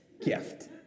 gift